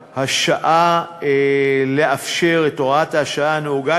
השעה לא לאפשר את הוראת השעה הנהוגה,